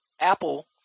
apple